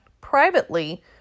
Privately